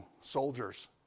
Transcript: soldiers